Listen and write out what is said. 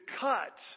cut